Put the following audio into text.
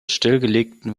stillgelegten